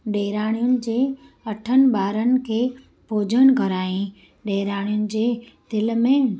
ॾेराणियुनि जे अठनि ॿारनि खे भोजन करायई ॾेराणियुनि जे दिलि में